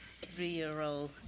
three-year-old